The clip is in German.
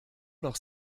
noch